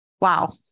wow